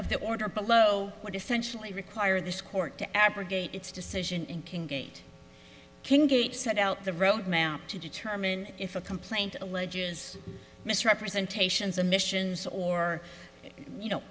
of the order below what essentially require this court to abrogate its decision and king gate king gate set out the road map to determine if a complaint alleges misrepresentations emissions or you know